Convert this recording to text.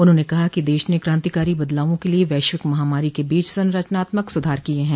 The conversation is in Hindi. उन्होंने कहा कि देश ने क्रांतिकारी बदलावों के लिए वैश्विक महामारी के बीच संरचनात्मक सुधार किए हैं